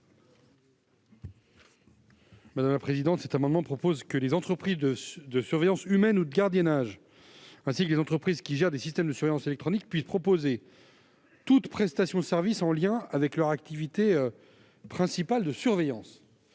de la commission ? Par cet amendement, il est prévu que les entreprises de surveillance humaine et de gardiennage, ainsi que les entreprises qui gèrent des systèmes de surveillance électronique puissent proposer toute prestation de service en lien avec leur activité principale de surveillance.